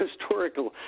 historical